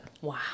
Wow